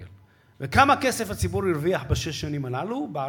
וכמה כסף הציבור הרוויח בשש השנים האלה,